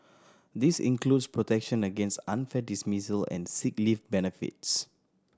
this includes protection against unfair dismissal and sick leave benefits